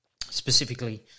specifically